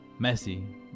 Messi